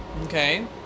Okay